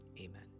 Amen